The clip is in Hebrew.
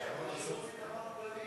להגיד הכול.